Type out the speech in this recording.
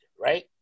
right